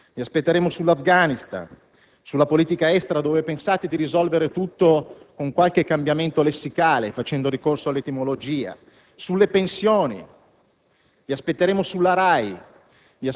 Vi aspetteremo, presidente Prodi, sull'Afghanistan, sulla politica estera (dove pensate di risolvere tutto con qualche cambiamento lessicale, facendo ricorso all'etimologia), sulle pensioni,